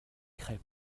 crèpes